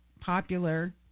popular